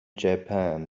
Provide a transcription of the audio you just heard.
japan